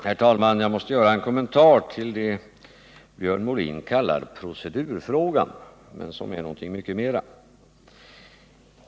Herr talman! Jag måste göra en kommentar till det Björn Molin kallar procedurfrågan men som är någonting mycket mera.